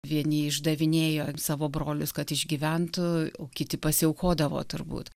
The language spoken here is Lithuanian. vieni išdavinėjo savo brolius kad išgyventų o kiti pasiaukodavo turbūt